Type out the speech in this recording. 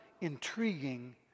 intriguing